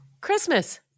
Christmas